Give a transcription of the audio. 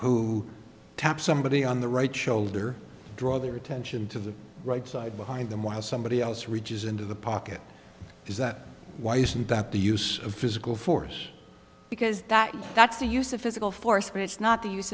who tap somebody on the right shoulder draw their attention to the right side behind them while somebody else reaches into the pocket is that why isn't that the use of physical force because that that's the use of physical force but it's not the use